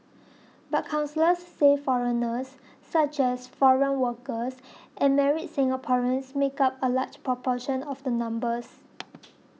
but counsellors say foreigners such as foreign workers and married Singaporeans make up a large proportion of the numbers